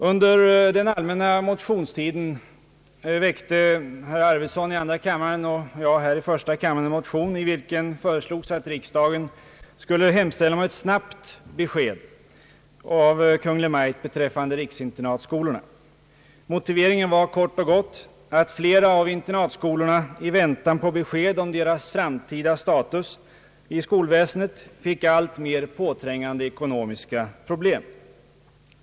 Under den allmänna motionstiden väckte herr Arvidson i andra kammaren och jag i denna kammare en motion, i vilken föreslogs att riksdagen skulle hemställa om ett snabbt besked av Kungl. Maj:t beträffande riksinternatskolorna. Motiveringen var kort och gott att flera av internatskolorna i väntan på besked om sin framtida status i skolväsendet fick alltmer påträngande ekonomiska problem.